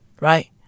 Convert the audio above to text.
right